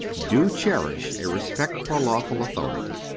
do cherish a respect for lawful authority.